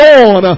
on